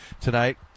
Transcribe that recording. tonight